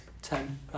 Ten